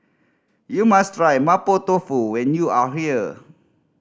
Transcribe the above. you must try Mapo Tofu when you are here